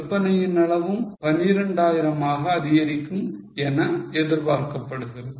விற்பனையின் அளவும் 12 ஆயிரமாக அதிகரிக்கும் என எதிர்பார்க்கப்படுகிறது